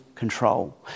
control